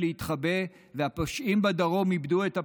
להתחבא והפושעים בדרום איבדו את הפחד.